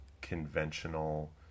conventional